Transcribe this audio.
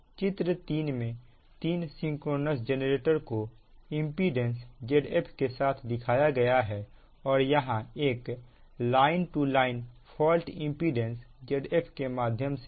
चित्र 3 में तीन सिंक्रोनस जेनरेटर को इंपीडेंस Zf के साथ दिखाया गया है और यहां एक line to line fault impedance Zf के माध्यम से है